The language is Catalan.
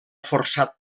forçat